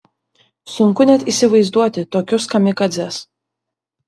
sunku net įsivaizduoti tokius kamikadzes